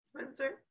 Spencer